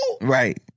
right